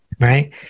right